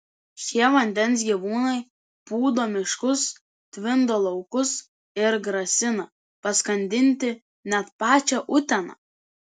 šie vandens gyvūnai pūdo miškus tvindo laukus ir grasina paskandinti net pačią uteną